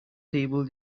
table